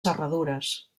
serradures